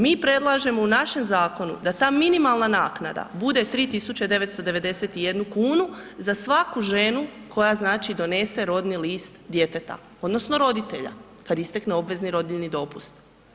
Mi predlažemo u našem zakonu da ta minimalna naknada bude 3991 kn za svaku žene koja znači donese rodni list djeteta odnosno roditelja kad isteknu obvezni rodiljni dopust.